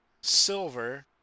silver